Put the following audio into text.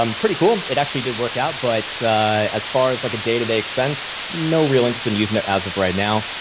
um pretty cool, it actually did work out. but as far as like a day to day expense, no real interest in using it as of right now.